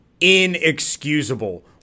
inexcusable